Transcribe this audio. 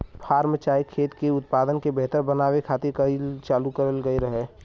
form चाहे खेत के उत्पादन के बेहतर बनावे खातिर चालू कएल गएल रहे